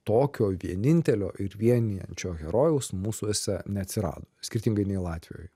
tokio vienintelio ir vienijančio herojaus mūsuose neatsirado skirtingai nei latvijoj